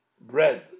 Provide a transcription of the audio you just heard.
bread